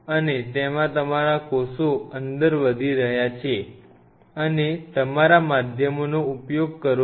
અને તેમાં તમારા કોષો અંદર વધી રહ્યા છે અને તમે તમારા માધ્યમોનો ઉપયોગ કરો છો